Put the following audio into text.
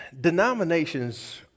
denominations